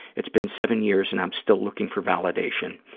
it's been seven years and i'm still looking for validation.